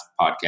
podcast